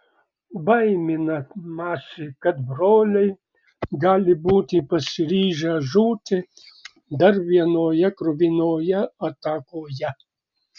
baiminamasi kad broliai gali būti pasiryžę žūti dar vienoje kruvinoje atakoje